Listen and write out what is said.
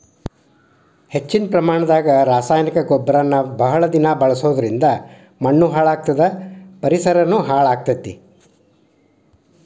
ಹೆಚ್ಚಿನ ಪ್ರಮಾಣದಾಗ ರಾಸಾಯನಿಕ ಗೊಬ್ಬರನ ಬಹಳ ದಿನ ಬಳಸೋದರಿಂದ ಮಣ್ಣೂ ಹಾಳ್ ಆಗ್ತದ ಮತ್ತ ಪರಿಸರನು ಹಾಳ್ ಆಗ್ತೇತಿ